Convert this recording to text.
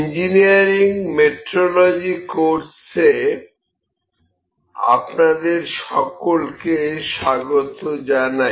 engineering metrology কোর্সে আপনাদের সকলকে স্বাগত জানাই